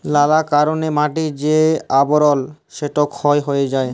লালা কারলে মাটির যে আবরল সেট ক্ষয় হঁয়ে যায়